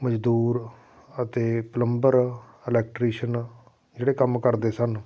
ਮਜ਼ਦੂਰ ਅਤੇ plumber electrician ਜਿਹੜੇ ਕੰਮ ਕਰਦੇ ਸਨ